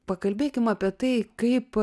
pakalbėkim apie tai kaip